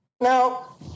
Now